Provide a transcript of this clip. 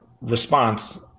response